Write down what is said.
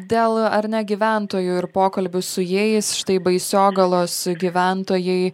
dėl ar ne gyventojų ir pokalbių su jais štai baisiogalos gyventojai